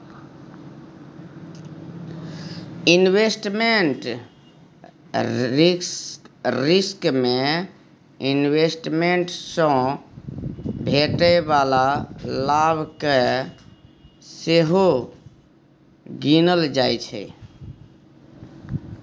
investment risk मे investment सँ भेटै बला लाभ केँ सेहो गिनल जाइ छै